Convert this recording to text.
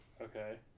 Okay